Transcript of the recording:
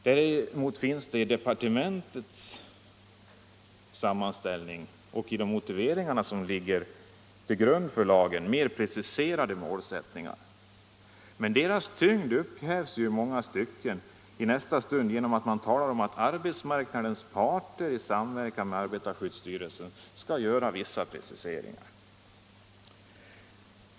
Däremot finns det i departementets sammanställning Om bättre arbetsmiljö Om bättre arbetsmiljö och i de motiveringar som ligger till grund för lagen mer preciserade målsättningar. Men deras tyngd upphävs i nästa stund när man talar om att arbetsmarknadens parter i samverkan med arbetarskyddsstyrelsen skall göra vissa preciseringar.